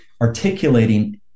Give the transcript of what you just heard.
articulating